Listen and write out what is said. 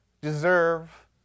deserve